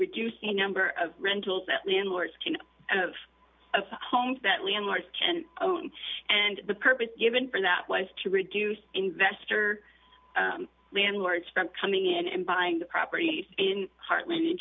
reduce the number of rentals that landlords can of of homes that landlords can own and the purpose given for that was to reduce investor landlords from coming in and buying the property in heartland in